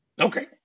okay